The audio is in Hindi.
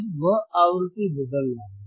अब वह आवृत्ति बदल रहा है